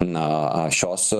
na šios